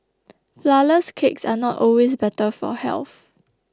Flourless Cakes are not always better for health